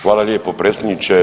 Hvala lijepo predsjedniče.